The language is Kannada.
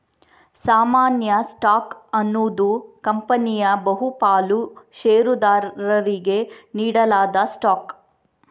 ಸಾಮಾನ್ಯ ಸ್ಟಾಕ್ ಅನ್ನುದು ಕಂಪನಿಯ ಬಹು ಪಾಲು ಷೇರುದಾರರಿಗೆ ನೀಡಲಾದ ಸ್ಟಾಕ್